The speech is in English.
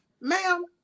Ma'am